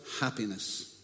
happiness